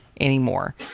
anymore